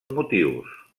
motius